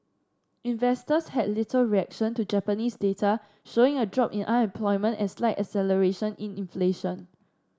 investors had little reaction to Japanese data showing a drop in unemployment and slight acceleration in inflation